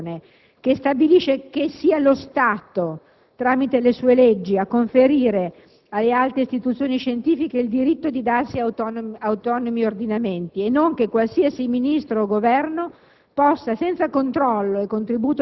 all'articolo 33 della Costituzione, che stabilisce che spetta allo Stato, tramite le leggi, il conferimento alle alte istituzioni scientifiche del diritto di darsi autonomi ordinamenti e non che qualsiasi Ministro o Governo